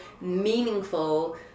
meaningful